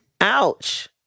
Ouch